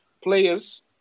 players